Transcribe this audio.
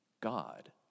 God